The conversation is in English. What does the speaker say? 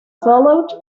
followed